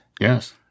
Yes